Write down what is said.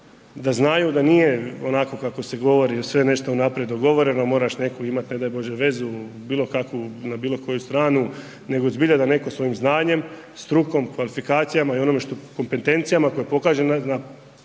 da znaju da nije onako kako se govori, da je sve nešto unaprijed dogovoreno, moraš imat neku ne daj bože vezu, bilokakvu na bilokoju stranu nego zbilja da netko svojim znanjem, strukom, kvalifikacijama i kompetencijama koje pokažu na